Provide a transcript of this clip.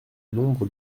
nombre